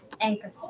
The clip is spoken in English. anchor